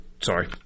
Sorry